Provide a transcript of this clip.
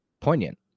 poignant